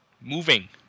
moving